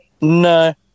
No